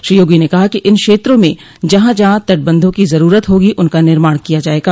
श्री योगी ने कहा कि इन क्षेत्रों में जहां जहां तटबंधों की जरूरत होगी उनका निर्माण किया जायेगा